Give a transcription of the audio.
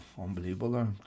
unbelievable